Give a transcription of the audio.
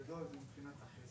דנו על זה כאן הרבה פעמים.